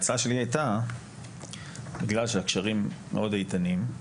ההצעה שלי הייתה בגלל שקשרים מאוד איתנים,